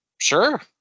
sure